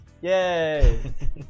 Yay